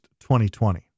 2020